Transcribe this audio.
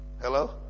Hello